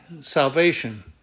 salvation